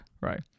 right